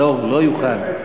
לא, הוא לא יוכל.